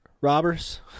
robbers